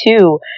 two